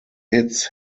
hits